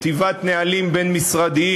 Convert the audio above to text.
כתיבת נהלים בין-משרדיים,